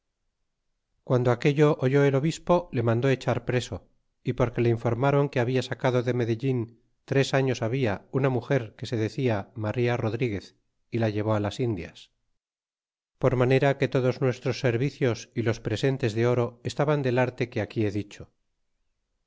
quando aquello oyó el obispo le mandó echar preso y porque le informron que habia sacado de medellin tres años habia una muger que se decia maría rodriguez y la llevó á las indias por manera que todos nuestros servicios y los presentes de oro estaban del arte que aquí he dicho